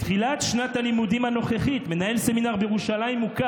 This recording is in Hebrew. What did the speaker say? בתחילת שנת הלימודים הנוכחית מנהל סמינר מוכר